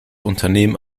unternehmen